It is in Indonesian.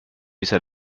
bisa